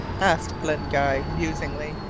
asked len guy, musingly.